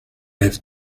have